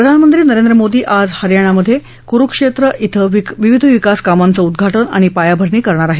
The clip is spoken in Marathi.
प्रधानमंत्री नरेंद्र मोदी आज हरयानामधे क्रुक्षेत्र िं विविध विकास कामांचं उद्घाटन आणि पायाभरणी करणार आहेत